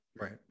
right